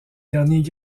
derniers